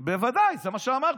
בוודאי, זה מה שאמרתי.